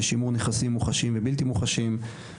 שימור נכסים מוחשיים ובלתי מוחשיים,